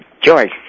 Joyce